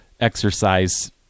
exercise